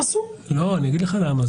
אני אגיד לך למה.